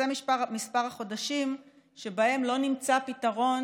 זה מספר החודשים שבהם לא נמצא פתרון